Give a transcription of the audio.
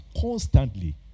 constantly